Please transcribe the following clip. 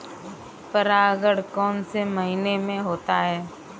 परागण कौन से महीने में होता है?